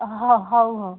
ହଁ ହଉ ହଉ